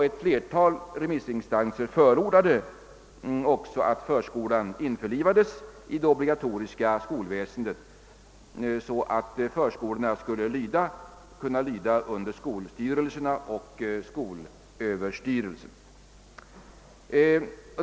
Ett flertal remissinstanser förordade också att förskolan införlivades i det obligatoriska skolväsendet, så att förskolorna skulle kunna lyda under skolstyrelserna och skolöverstyrelsen.